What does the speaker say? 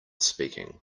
speaking